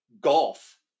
golf